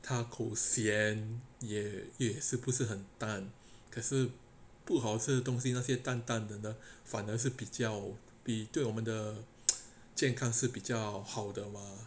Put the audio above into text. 他口嫌也是不是很但可是不好吃的东西那些淡淡的的反而是比较比对我们的健康是比较好的吗